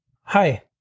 hi